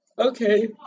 Okay